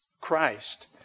Christ